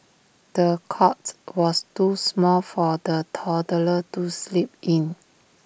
the cot was too small for the toddler to sleep in